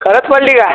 खरंच पडली का